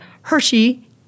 Hershey